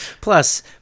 plus